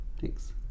Thanks